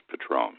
Patron